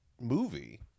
movie